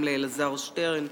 גם לאלעזר שטרן,